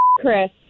Chris